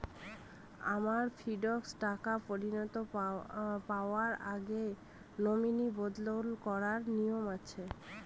আমার ফিক্সড টাকা পরিনতি পাওয়ার আগে নমিনি বদল করার নিয়ম আছে?